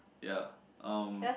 ya um